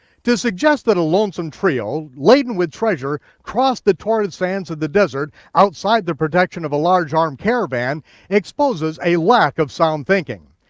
to suggest that a lonesome trio laden with treasure crossed the torrid sands of the desert outside the protection of a large armed caravan exposes a lack of sound thinking.